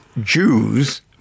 Jews